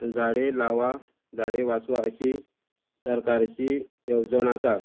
झाडे लावा झाडे वाचवा अशी सरकाराची येवजण आसा